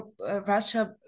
Russia